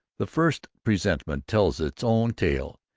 the first presentment tells its own tale,